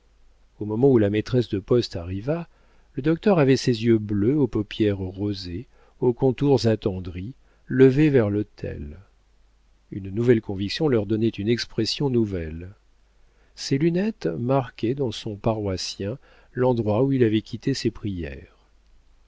au moment où la maîtresse de poste arriva le docteur avait ses yeux bleus aux paupières rosées aux contours attendris levés vers l'autel une nouvelle conviction leur donnait une expression nouvelle ses lunettes marquaient dans son paroissien l'endroit où il avait quitté ses prières